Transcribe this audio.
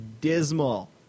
dismal